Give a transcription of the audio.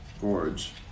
Gorge